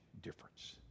difference